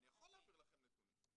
אני יכול להעביר לכם נתונים.